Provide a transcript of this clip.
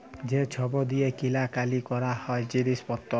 যে ছব দিঁয়ে কিলা কাটি ক্যরা হ্যয় জিলিস পত্তর